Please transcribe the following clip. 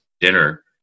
dinner